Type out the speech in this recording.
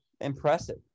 Impressive